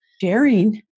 Sharing